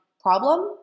problem